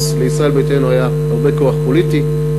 אז לישראל ביתנו היה הרבה כוח פוליטי,